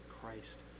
Christ